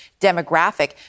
demographic